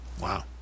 Wow